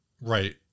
right